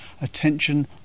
attention